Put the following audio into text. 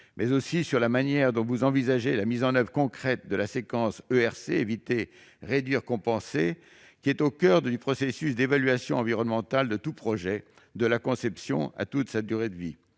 différente de la manière dont vous envisagez la mise en oeuvre concrète de la séquence dite « ERC »- éviter, réduire, compenser -, qui est au coeur du processus d'évaluation environnementale de tout projet, depuis sa conception et pendant toute sa durée de vie.